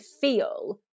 feel